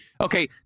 Okay